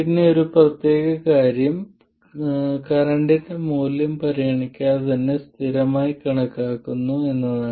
എന്നാൽ പ്രധാന കാര്യം കറന്റിന്റെ മൂല്യം പരിഗണിക്കാതെ തന്നെ സ്ഥിരമായി കണക്കാക്കുന്നു എന്നതാണ്